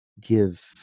give